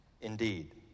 Indeed